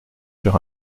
sur